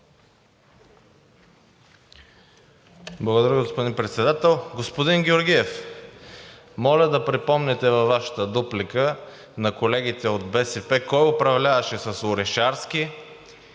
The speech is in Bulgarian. Благодаря, господин Председател. Господин Георгиев, моля да припомните във Вашата дуплика на колегите от БСП кой управляваше с Орешарски,